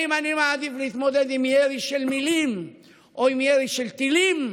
-- אם אני מעדיף להתמודד עם ירי של מילים או עם ירי של טילים,